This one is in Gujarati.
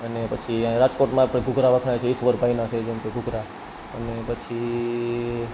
અને પછી અહીં રાજકોટમાં તો ઘૂઘરા વખણાય છે ઈશ્વર ભાઈના છે જેમકે ઘૂઘરા અને પછી